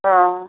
অঁ